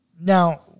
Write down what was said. Now